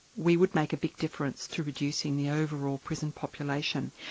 we would make a big difference to reducing the overall prison population.